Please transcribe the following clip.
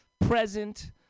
present